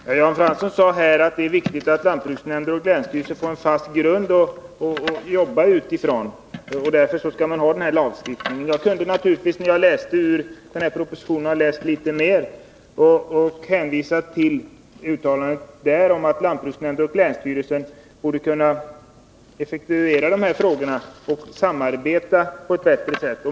Herr talman! Jan Fransson sade att det är viktigt att lantbruksnämnder och länsstyrelser får en fast grund att jobba utifrån, och därför skall man ha den här lagstiftningen. Jag kunde naturligtvis, när jag läste ur propositionen, ha läst litet mer och hänvisat till uttalandet om att lantbruksnämnden och länsstyrelsen borde kunna effektuera de här frågorna och samarbeta på ett bättre sätt.